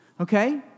Okay